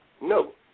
no